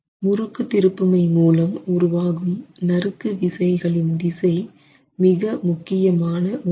முறுக்கு திருப்புமை மூலம் உருவாகும் நறுக்கு விசைகளின் திசை மிக முக்கியமான ஒன்று